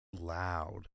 loud